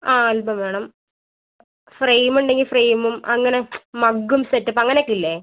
ആ ആൽബം വേണം ഫ്രെയിം ഉണ്ടെങ്കിൽ ഫ്രെയിമും അങ്ങനെ മഗും സെറ്റപ്പും അങ്ങനെയൊക്കെയില്ലേ